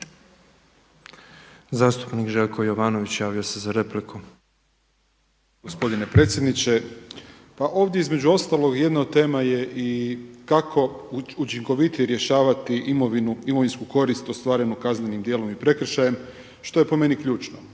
Zastupnik Željko Jovanović javio se za repliku. **Jovanović, Željko (SDP)** Gospodine predsjedniče, pa ovdje između ostalog jedna od tema je i kako učinkovitije rješavati imovinsku korist ostvarenu kaznenim djelom i prekršajem što je po meni ključno.